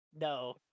No